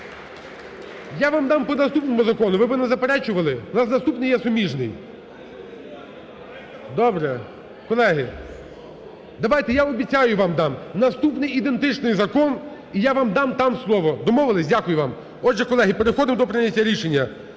Я вам дам по наступному закону. Ви би не заперечували. У нас наступний є суміжний. Добре. Колеги, давайте… Я обіцяю, вам дам наступний ідентичний закон, і я вам дам там слово. Домовилися? Дякую вам. Отже, колеги, переходимо до прийняття рішення.